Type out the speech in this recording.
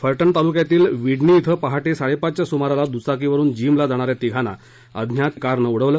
फलटण तालुक्यातील विडणी इथं पहाटे साडेपाचच्या सुमारास दुचाकीवरुन जीमला जाणाऱ्या तिघांना अज्ञात कारनं ठोकरले